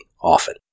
often